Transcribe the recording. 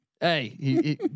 Hey